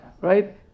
right